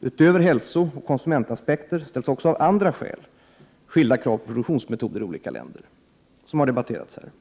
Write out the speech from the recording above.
Det ställs också skilda krav på produktionsmetoder i olika länder av andra skäl, utöver hälsooch konsumentaspekter. Detta har också debatterats här.